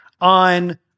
on